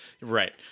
right